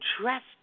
dressed